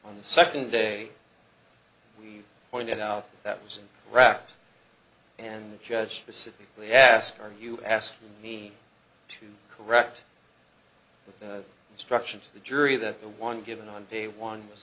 on the second day we pointed out that was rocked and the judge specifically asked are you asking me to correct the instruction to the jury that the one given on day one was